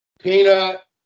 Peanut